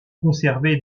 conservé